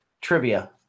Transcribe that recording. Trivia